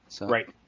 Right